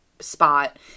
spot